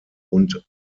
und